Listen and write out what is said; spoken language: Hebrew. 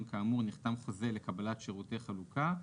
כאמור נחתם חוזה לקבלת שירותי חלוקה,